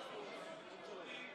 די.